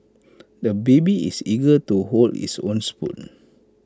the baby is eager to hold his own spoon